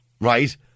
right